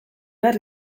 behar